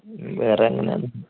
വേറെ അങ്ങനെ ആരും